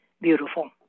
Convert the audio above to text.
beautiful